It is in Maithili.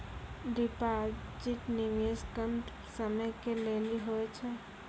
डिपॉजिट निवेश कम समय के लेली होय छै?